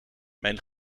mijn